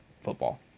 football